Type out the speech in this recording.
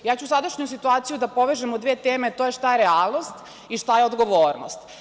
Ja ću sadašnju situaciju da povežem u dve teme, a to je šta je realnost i šta je odgovornost.